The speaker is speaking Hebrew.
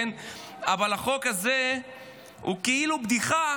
אבל החוק הזה הוא כאילו בדיחה,